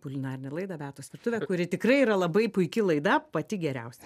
kulinarinę laidą beatos virtuvė kuri tikrai yra labai puiki laida pati geriausia